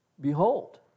Behold